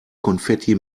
konfetti